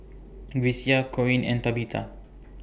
Grecia Coen and Tabitha